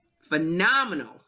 Phenomenal